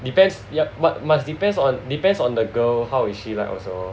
depends yup but must depends on depends on the girl how is she like also